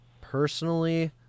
personally